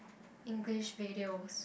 English videos